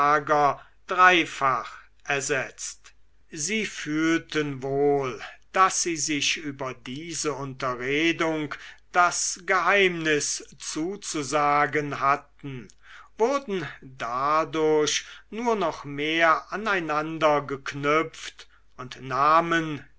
dreifach ersetzt sie fühlten wohl daß sie sich über diese unterredung das geheimnis zuzusagen hatten wurden dadurch nur noch mehr aneinander geknüpft und nahmen